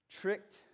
tricked